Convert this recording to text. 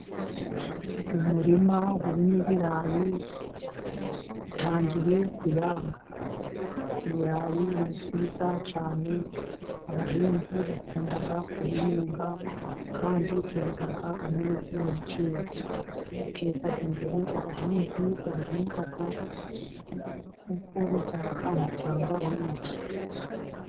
Umurima urimo ibirayi bitangiye kuyanga. Ibirayi ni byiza cyane abahinzi bakunda kubihinga kandi byerera amezi makeya biteza imbere abahinzi babihinga kuko bibyara amafaranga menshi.